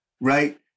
right